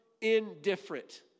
indifferent